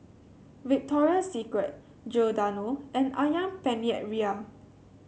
Victoria Secret Giordano and ayam Penyet Ria